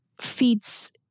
feeds